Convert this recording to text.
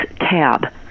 tab